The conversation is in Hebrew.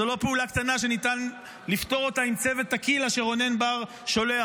זו לא פעולה קטנה שניתן לפתור אותה עם צוות טקילה שרונן בר שולח,